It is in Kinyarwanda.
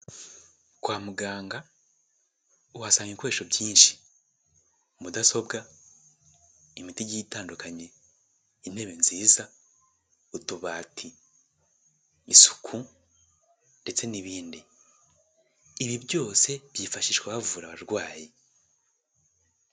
Kwa muganga uhasanga ibikoresho byinshi, mudasobwa, imiti igiye itandukanye, intebe nziza, utubati, isuku ndetse n'ibindi, ibi byose byifashishwa bavura abarwayi.